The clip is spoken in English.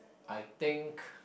I think